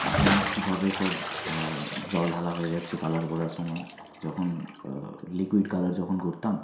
যেমন কীভাবে সব জল ঢালা হয়ে যাচ্ছে কালার করার সময় যখন লিকুইড কালার যখন করতাম